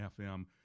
FM